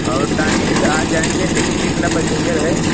और टाइमिन्ग से आ जाएँगे लेकिन कितना पैसेन्जर है